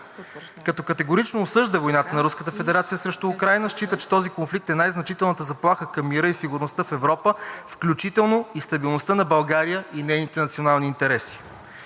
Като категорично осъжда войната на Руската федерация срещу Украйна, счита, че този конфликт е най-значителната заплаха към мира и сигурността в Европа, включително и стабилността на България и нейните национални интереси;